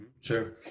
Sure